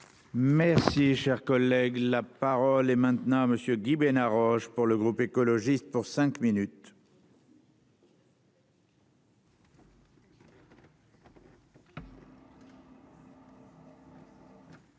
Merci, cher collègue, la parole est maintenant à monsieur Guy Bénard Roche pour le groupe écologiste pour cinq minutes.